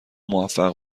موفق